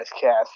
cast